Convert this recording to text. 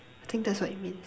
I think that's what it means